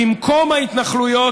במקום ההתנחלויות,